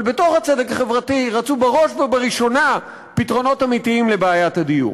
אבל בתוך הצדק החברתי רצו בראש ובראשונה פתרונות אמיתיים לבעיית הדיור.